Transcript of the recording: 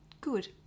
Good